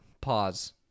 Pause